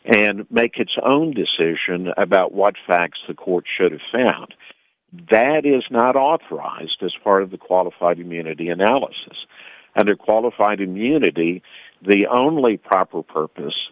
and make its own decision about what facts the court should have found that is not authorized as part of the qualified immunity analysis and their qualified immunity the only proper purpose